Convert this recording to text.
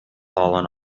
fallen